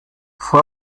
fue